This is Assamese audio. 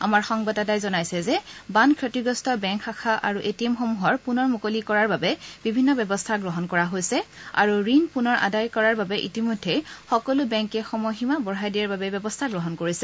আমাৰ সংবাদদাতাই জনাইছে যে বান ক্ষতিগ্ৰস্ত বেংক শাখা আৰু এটি এম সমূহ পুনৰ মুকলি কৰাৰ বাবে বিভিন্ন ব্যৱস্থা কৰা হৈছে আৰু ঋণ পুনৰ আদায় কৰাৰ বাবে ইতিমধ্যে সকলো বেংকে সময়সীমা বঢ়াই দিয়াৰ বাবে ব্যৱস্থা গ্ৰহণ কৰিছে